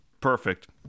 Perfect